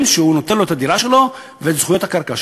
שבו הוא נותן לו את הדירה שלו ואת זכויות הקרקע שלו,